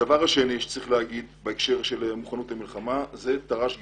הדבר השני שצריך לומר בהקשר של מוכנות למלחמה זה תר"ש גדעון.